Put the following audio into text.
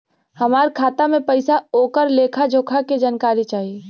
हमार खाता में पैसा ओकर लेखा जोखा के जानकारी चाही?